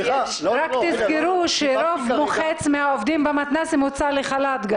רק תזכרו שרוב מוחץ מהעובדים במתנ"סים הוצא לחל"ת גם.